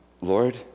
Lord